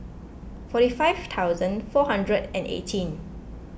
forty five thousand four hundred and eighteen